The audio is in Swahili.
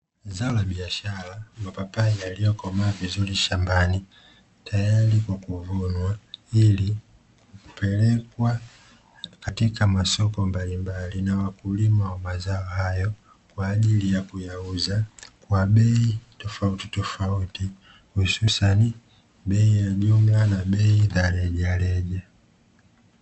Zao la biashara, mapapai yaliyokomaa vizuri shambani, tayari kwa kuvunwa ili kupelekwa katika masoko mbalimbali na wakulima wa mazao hayo, kwa ajili ya kuyauza kwa bei tofautitofauti, hususani kwa bei ya jumla na rejareja.